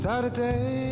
Saturday